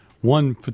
one